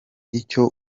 icyo